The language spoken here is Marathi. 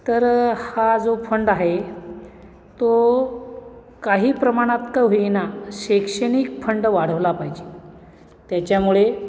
तर हा जो फंड आहे तो काही प्रमाणात का होईना शैक्षणिक फंड वाढवला पाहिजे त्याच्यामुळे